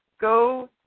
go